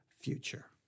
future